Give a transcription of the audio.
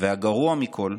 והגרוע מכול,